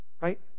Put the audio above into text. Right